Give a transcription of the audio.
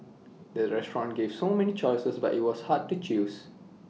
the restaurant gave so many choices but IT was hard to choose